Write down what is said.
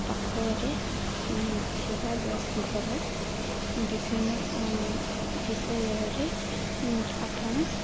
ପାଖରେ ଥିବା ଘର ବିଭିନ୍ନ ବିଷୟରେ ଆପଣ